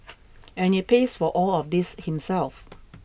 and he pays for all of this himself